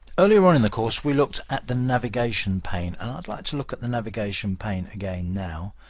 earlier on in the course, we looked at the navigation pane and i'd like to look at the navigation pane again now.